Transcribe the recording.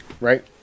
Right